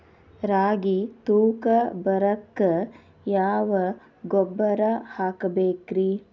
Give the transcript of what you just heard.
ರಾಗಿ ತೂಕ ಬರಕ್ಕ ಯಾವ ಗೊಬ್ಬರ ಹಾಕಬೇಕ್ರಿ?